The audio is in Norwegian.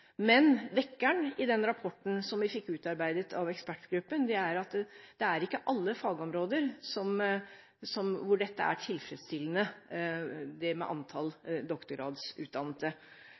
i den rapporten som vi fikk utarbeidet av ekspertgruppen, er at det er ikke alle fagområder som har tilfredsstillende antall doktorgradsutdannede. De områdene hvor det er tilfredsstillende